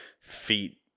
feet